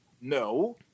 no